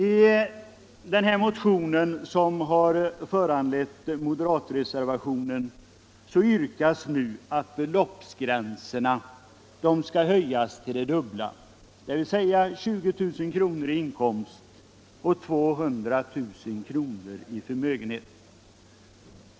I den motion som föranlett moderatreservationen yrkas att beloppsgränserna skall höjas till det dubbla, dvs. 20 000 kr. i inkomst och 200 000 kr. i förmögenhet.